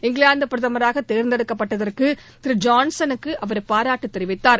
இங்கிலாந்து பிரதமராக தேர்ந்தெடுக்கப்பட்டதற்கு திரு ஜான்சனுக்கு அவர் பாராட்டுத் தெரிவித்தார்